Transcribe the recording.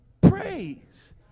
praise